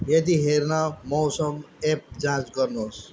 यदि हेर्न मौसम एप जाँच गर्नुहोस्